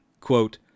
Quote